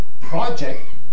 project